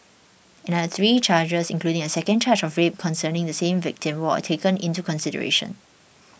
another three charges including a second charge of rape concerning the same victim were taken into consideration